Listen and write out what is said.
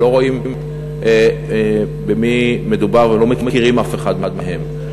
הם לא רואים במי מדובר ולא מכירים אף אחד מהם.